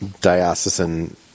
diocesan